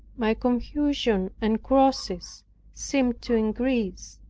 my confusion and crosses seemed to increase.